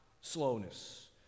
slowness